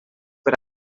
per